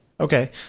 Okay